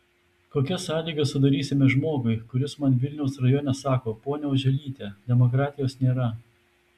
kokias sąlygas sudarysime žmogui kuris man vilniaus rajone sako ponia oželyte demokratijos nėra